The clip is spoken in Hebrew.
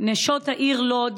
נשות העיר לוד.